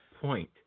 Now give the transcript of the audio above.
point